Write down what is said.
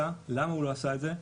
ולמה הוא לא עשה את זה?